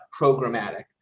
programmatic